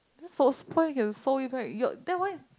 so spoil can sew it back your then why